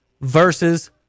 versus